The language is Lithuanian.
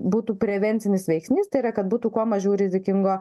būtų prevencinis veiksnys tai yra kad būtų kuo mažiau rizikingo